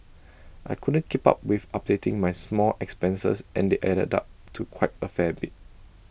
but I couldn't keep up with updating my small expenses and they added up to quite A fair bit